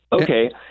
Okay